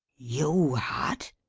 you had!